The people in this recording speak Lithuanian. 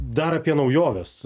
dar apie naujoves